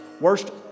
Worst